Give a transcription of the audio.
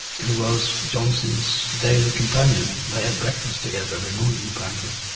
who was johnson's daily companion. they had breakfast together every morning apparently.